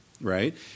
right